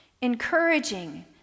encouraging